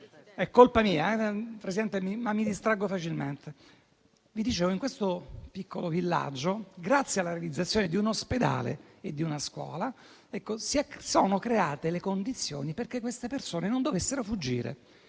è colpa mia, signor Presidente, ma mi distraggo facilmente. Vi dicevo che in quel piccolo villaggio, grazie alla realizzazione di un ospedale e di una scuola, si sono create le condizioni perché le persone non dovessero fuggire.